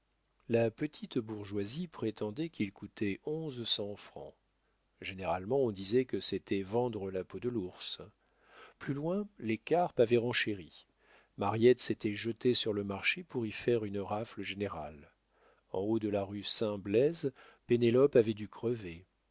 la petite bourgeoisie prétendait qu'il coûtait onze cents francs généralement on disait que c'était vendre la peau de l'ours plus loin les carpes avaient renchéri mariette s'était jetée sur le marché pour y faire une rafle générale en haut de la rue saint blaise pénélope avait dû crever